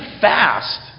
fast